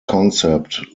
concept